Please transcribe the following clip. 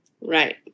Right